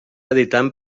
editant